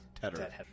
Tedder